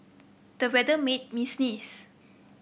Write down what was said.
the weather made me sneeze